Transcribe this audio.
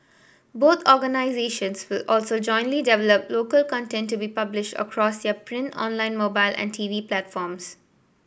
both organisations will also jointly develop local content to be published across their print online mobile and T V platforms